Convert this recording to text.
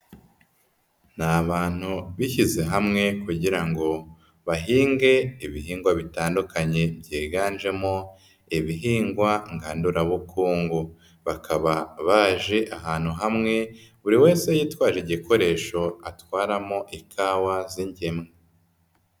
Ni abantu bishyize hamwe kugira ngo bahinge ibihingwa bitandukanye, byiganjemo ibihingwa ngandurabukungu. Bakaba baje ahantu hamwe, buri wese yitwaje igikoresho atwaramo ikawa z'ingemwe.